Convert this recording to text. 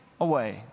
away